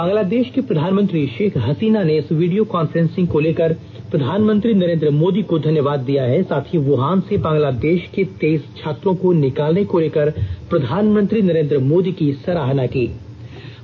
बांग्लादेष की प्रधानमंत्री शेख हसीना ने इस वीडियों कांफ्रेंसिंग को लेकर प्रधानमंत्री नरेन्द्र मोदी का धन्यवाद दिया है साथ ही वुहान से बांग्ला देष के तेईस छात्रों को निकालने को लेकर प्रधानमंत्री नरेन्द्र मोदी की सराहना की है